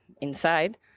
inside